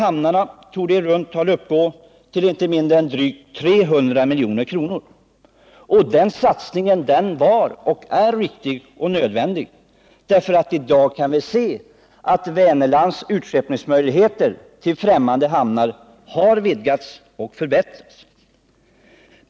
hamnarna, torde i runt tal uppgå till inte mindre än drygt 300 milj.kr. Den satsningen var riktig och nödvändig. I dag kan vi konstatera att Vänerlands utskeppningsmöjligheter till fftämmande hamnar har vidgats och förbättrats.